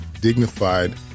dignified